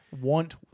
want